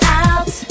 out